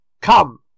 Come